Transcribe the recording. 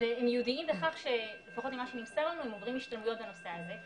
הם ייעודיים בכך שהם עוברים השתלמויות בנושא הזה.